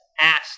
Asked